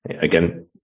again